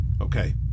okay